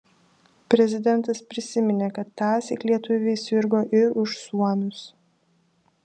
prezidentas prisiminė kad tąsyk lietuviai sirgo ir už suomius